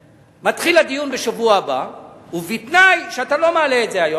מתחיל הדיון בשבוע הבא ובתנאי שאתה לא מעלה את זה היום.